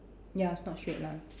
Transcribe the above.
ya it's not straight line